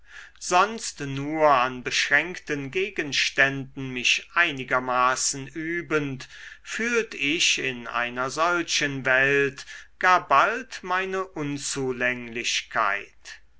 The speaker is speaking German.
sonst nur an beschränkten gegenständen mich einigermaßen übend fühlt ich in einer solchen welt gar bald meine unzulänglichkeit